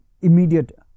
immediate